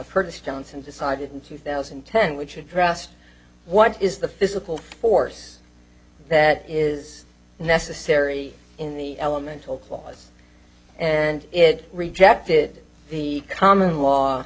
purchased johnson decided in two thousand and ten which addressed what is the physical force that is necessary in the elemental clause and it rejected the common law